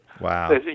Wow